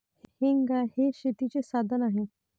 हेंगा हे शेतीचे साधन आहे